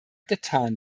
getan